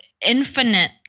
infinite